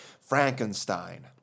Frankenstein